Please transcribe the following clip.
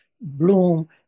bloom